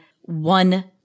one